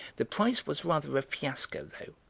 the prize was rather a fiasco, though.